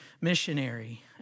missionary